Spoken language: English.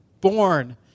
born